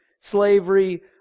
slavery